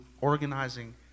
organizing